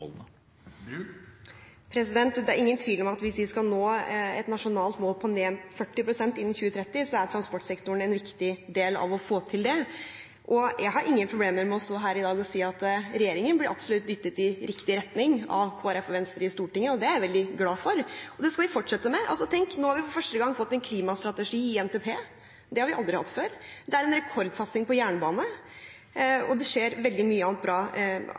målene? Det er ingen tvil om at hvis vi skal nå et nasjonalt mål, ned 40 pst. innen 2030, er transportsektoren en viktig del av å få til det. Jeg har ingen problemer med å stå her i dag og si at regjeringen absolutt blir dyttet i riktig retning av Kristelig Folkeparti og Venstre i Stortinget. Det er jeg veldig glad for. Og det skal vi fortsette med – tenk, nå har vi for første gang fått en klimastrategi i NTP. Det har vi aldri hatt før. Det er en rekordsatsing på jernbane, og det skjer veldig mye annet bra